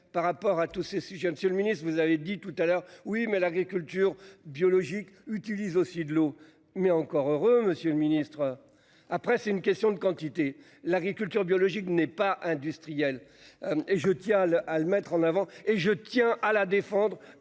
par rapport à tous ces sujets. Monsieur le Ministre, vous avez dit tout à l'heure oui mais l'agriculture biologique utilise aussi de l'eau mais encore heureux, Monsieur le Ministre. Après c'est une question de quantité. L'agriculture biologique n'est pas industriel. Et je tiens à le à le mettre en avant et je tiens à la défendre